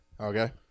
Okay